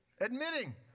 Admitting